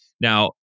Now